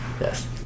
Yes